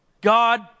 God